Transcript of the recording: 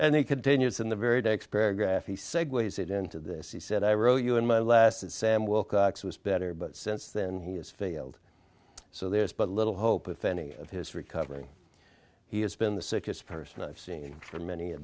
and he continues in the very next paragraph he segues it into this he said i wrote you in my last that sam wilcox was better but since then he has failed so there is but little hope if any of his recovering he has been the sickest person i've seen for many a